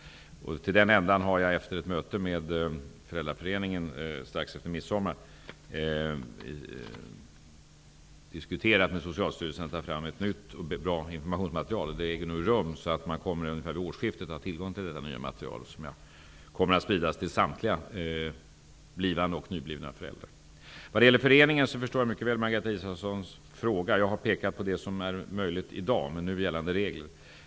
Efter ett möte med Föräldraföreningen strax efter midsommar har jag diskuterat med Socialstyrelsen om att man skall ta fram ett nytt och bra informationsmaterial. Det arbetet pågår nu. Ungefär vid årsskiftet kommer vi att ha tillgång till det nya materialet som kommer att spridas till samtliga blivande och nyblivna föräldrar. När det gäller föreningen förstår jag mycket väl Margareta Israelssons fråga. Jag har pekat på det som är möjligt i dag med nu gällande regler.